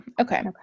Okay